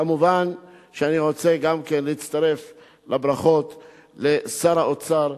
כמובן שאני רוצה גם כן להצטרף לברכות לשר האוצר,